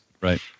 Right